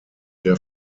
der